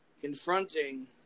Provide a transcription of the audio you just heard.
confronting